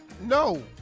No